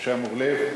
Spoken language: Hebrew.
בראשם אורלב?